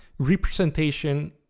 representation